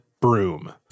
broom